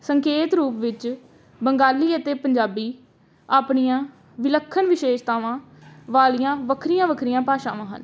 ਸੰਕੇਤ ਰੂਪ ਵਿੱਚ ਬੰਗਾਲੀ ਅਤੇ ਪੰਜਾਬੀ ਆਪਣੀਆਂ ਵਿਲੱਖਣ ਵਿਸ਼ੇਸ਼ਤਾਵਾਂ ਵਾਲੀਆਂ ਵੱਖਰੀਆਂ ਵੱਖਰੀਆਂ ਭਾਸ਼ਾਵਾਂ ਹਨ